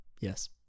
Yes